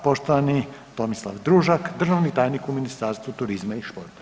Poštovani Tomislav Družak državni tajnik u Ministarstvu turizma i športa.